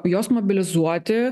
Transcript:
juos mobilizuoti